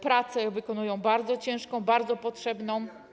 Pracę wykonują bardzo ciężką, bardzo potrzebną.